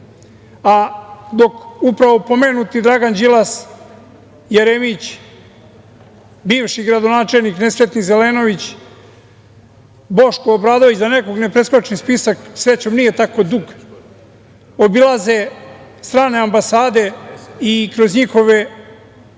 upravo pomenuti Dragan Đilas, Jeremić, bivši gradonačelnik nesrećni Zelenović, Boško Obradović, da nekog ne preskočim, spisak srećom nije tako dug, obilaze strane ambasade i kroz njihove